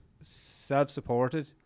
self-supported